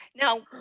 Now